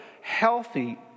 healthy